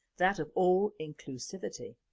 that of all inclusivity.